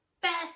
best